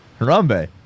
Harambe